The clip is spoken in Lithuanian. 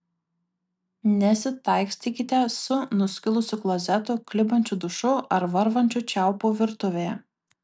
nesitaikstykite su nuskilusiu klozetu klibančiu dušu ar varvančiu čiaupu virtuvėje